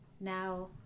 now